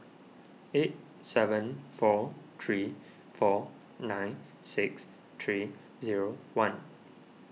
eight seven four three four nine six three zero one